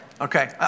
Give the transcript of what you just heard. Okay